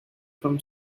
from